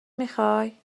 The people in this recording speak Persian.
میخوای